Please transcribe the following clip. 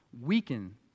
weaken